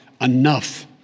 enough